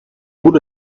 would